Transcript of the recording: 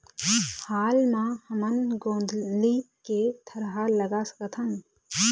हाल मा हमन गोंदली के थरहा लगा सकतहन?